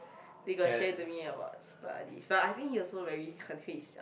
they got share to me about studies but I think he also very 很黑想